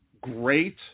great